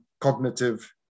cognitive